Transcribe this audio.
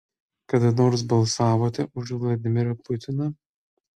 kada nors balsavote už vladimirą putiną